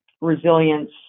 resilience